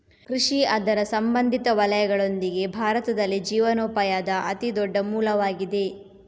ಕೃಷಿ ಅದರ ಸಂಬಂಧಿತ ವಲಯಗಳೊಂದಿಗೆ, ಭಾರತದಲ್ಲಿ ಜೀವನೋಪಾಯದ ಅತಿ ದೊಡ್ಡ ಮೂಲವಾಗಿದೆ